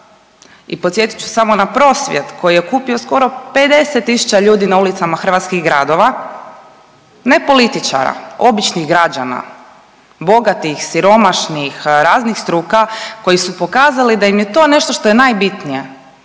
i podsjetit ću samo na prosvjed koji je okupio skoro 50 tisuća ljudi na ulicama hrvatskih gradova, ne političara, običnih građana, bogatih, siromašnih, raznih struka koji su pokazali da im je to nešto što je najbitnije,